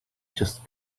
just